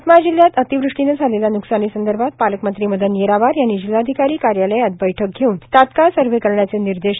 यवतमाळजिल्ह्यात अतिवृष्टीनं झालेल्या न्कसानी संदर्भात पालकमंत्री मदन येरावार यांनी जिल्हाधिकारी कार्यालयात बैठक घेवून तात्काळ सर्व्हे करण्याचे निर्देश दिले